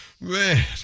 Man